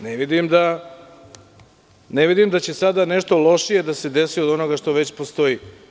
Ne vidim da će sada nešto lošije da se desi od onoga što već postoji.